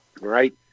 right